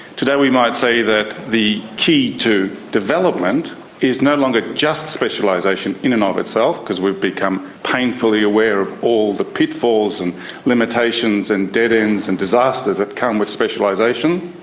today we might say that the key to development is no longer just specialisation in and of itself, because we have become painfully aware of all the pitfalls and limitations and dead ends and disasters that come with specialisation.